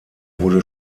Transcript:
wurde